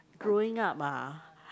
growing up ah